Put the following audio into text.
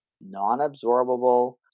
Non-absorbable